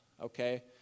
okay